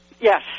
Yes